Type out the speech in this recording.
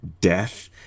death